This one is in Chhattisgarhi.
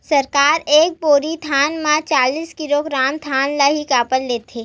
सरकार एक बोरी धान म चालीस किलोग्राम धान ल ही काबर लेथे?